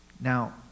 Now